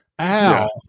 ow